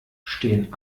stehen